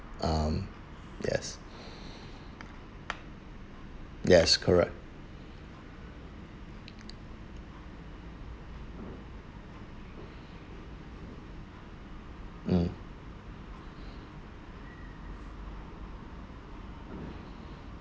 um yes yes correct mm